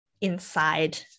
inside